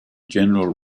general